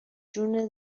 جون